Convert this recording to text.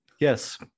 yes